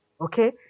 okay